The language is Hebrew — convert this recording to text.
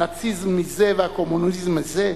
הנאציזם מזה והקומוניזם מזה,